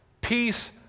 Peace